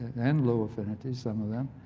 and low affinitys, some of them.